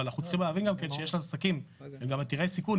אנחנו צריכים להבין גם כן שיש עסקים שהם גם עתירי סיכון,